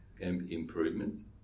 improvements